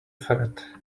ferret